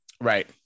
right